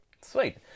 Sweet